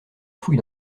fouille